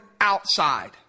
outside